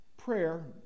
prayer